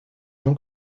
jean